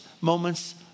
moments